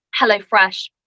HelloFresh